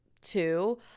two